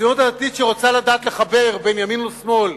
הציונות הדתית שרוצה לדעת לחבר בין ימין ושמאל,